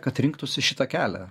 kad rinktųsi šitą kelią